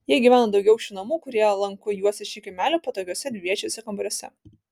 jie gyveno daugiaaukščių namų kurie lanku juosė šį kaimelį patogiuose dviviečiuose kambariuose